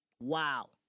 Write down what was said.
Wow